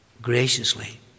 graciously